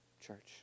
Church